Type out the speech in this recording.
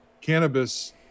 cannabis